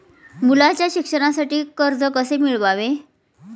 मुलाच्या शिक्षणासाठी कर्ज कसे मिळवावे?